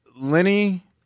Lenny